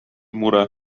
mure